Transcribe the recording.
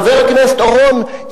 חבר הכנסת אורון,